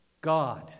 God